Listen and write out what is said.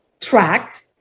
tracked